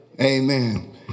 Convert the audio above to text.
Amen